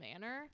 manner